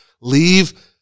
Leave